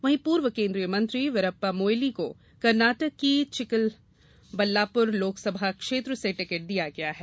वहीं पूर्व केंद्रीय मंत्री वीरप्पा मोइली को कर्नाटक की चिकबल्लापुर लोकसभा क्षेत्र से टिकट दिया गया है